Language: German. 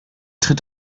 tritt